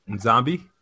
Zombie